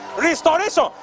Restoration